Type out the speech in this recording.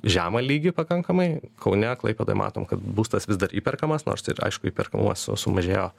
žemą lygį pakankamai kaune klaipėdoj matom kad būstas vis dar įperkamas nors ir aišku įperkamumas sumažėjo